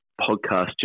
podcast